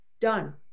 done